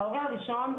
ההורה הראשון,